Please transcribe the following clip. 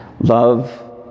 Love